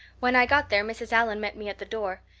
when i got there mrs. allan met me at the door.